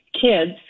kids